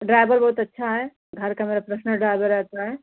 driver बहुत अच्छा है घर का मेरा प्रसनल ड्राइबर रहता है